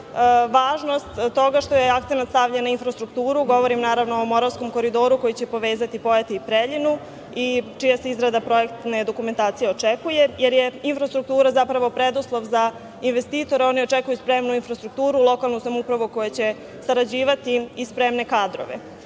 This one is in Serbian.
važnost toga što je akcenat stavljen na infrastrukturu, govorim naravno o Moravskom koridoru, koji će povezati Pojate i Preljinu, i čija se izrada projektne dokumentacije očekuje, jer je infrastruktura preduslov za investitore. Oni očekuju spremnu infrastrukturu, lokalnu samoupravu koja će sarađivati i spremne kadrove. Jedan